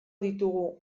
ditugu